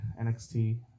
NXT